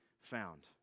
found